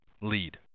lead